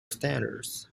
standards